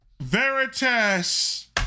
Veritas